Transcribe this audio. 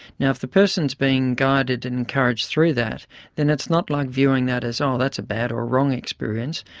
now if the person is being guided and encouraged through that then it's not like viewing that as oh, that's a bad or a wrong experience,